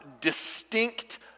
distinct